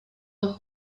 dos